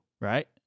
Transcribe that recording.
right